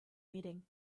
meeting